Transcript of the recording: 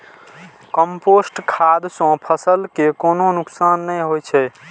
compost खाद सं फसल कें कोनो नुकसान नै होइ छै